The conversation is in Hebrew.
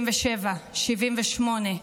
77, 78,